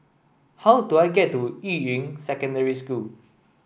how do I get to Yuying Secondary School